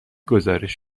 گزارش